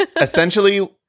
essentially